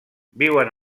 viuen